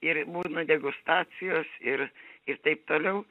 ir būna degustacijos ir ir taip toliau